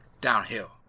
downhill